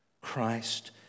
Christ